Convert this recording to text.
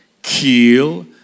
Kill